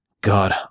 God